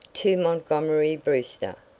to montgomery brewster,